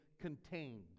contained